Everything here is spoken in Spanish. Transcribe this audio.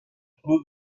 club